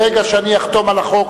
שברגע שאני אחתום על החוק,